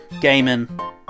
gaming